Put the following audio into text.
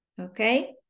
okay